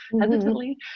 hesitantly